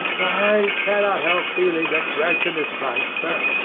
i cannot help feeling that gregson is right, sir,